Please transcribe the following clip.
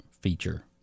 feature